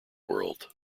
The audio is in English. world